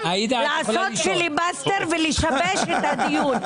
זה לעשות פיליבסטר ולשבש את הדיון.